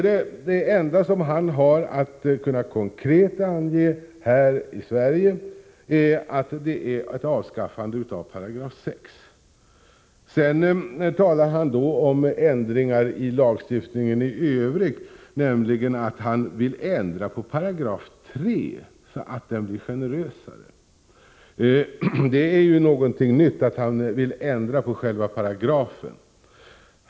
Det enda han har kunnat konkret ange här är ett avskaffande av 6§. Sedan talade han om ändringar i lagstiftningen i övrigt. Han vill nämligen ändra på 3 §, så att den blir generösare. Detta är ju någonting nytt, att han vill ändra på själva paragrafen.